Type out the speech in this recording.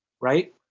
right